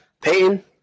Payton